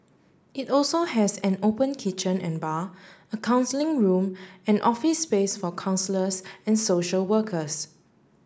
it also has an open kitchen and bar a counselling room and office space for counsellors and social workers